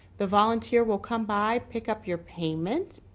the volunteer will come by pick up your payment.